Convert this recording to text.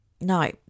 no